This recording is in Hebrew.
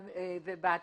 ובעתיד,